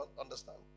understand